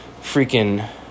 freaking